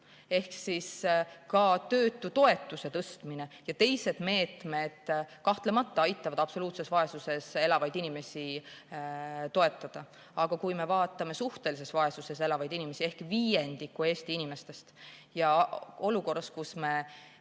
Ehk ka töötutoetuse tõstmine ja teised meetmed kahtlemata aitavad absoluutses vaesuses elavaid inimesi toetada. Aga kui me vaatame suhtelises vaesuses elavaid inimesi ehk viiendikku Eesti inimestest, siis kui me